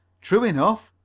true enough,